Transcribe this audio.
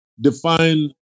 define